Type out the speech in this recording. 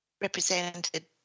represented